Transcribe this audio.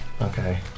Okay